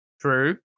True